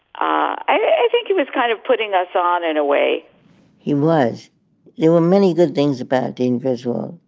i think it was kind of putting us on in a way he was there were many good things about doing visual,